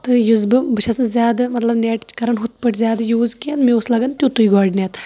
تہٕ یُس بہٕ بہٕ چھَس نہٕ زیادٕ نیٹ کران ہُتھ پٲٹھۍ زیادٕ یوٗز کیٚنہہ مےٚ اوس لگان تِتُے گۄڈٕنیتھ